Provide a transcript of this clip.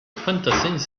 fantassins